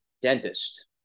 Dentist